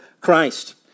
Christ